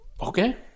Okay